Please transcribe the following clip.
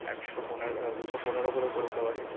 একশো পনেরো দুশো পনেরো করে করে দিতে পারি